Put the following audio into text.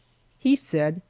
he said,